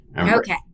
Okay